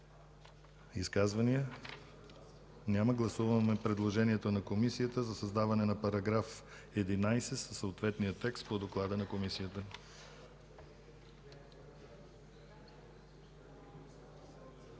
Изказвания? Няма. Гласуваме предложението на Комисията за създаване на § 13 със съответния текст по доклада й. Гласували